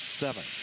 seven